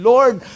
Lord